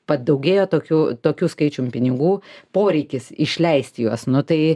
padaugėjo tokių tokiu skaičium pinigų poreikis išleisti juos nu tai